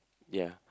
ya